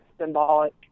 symbolic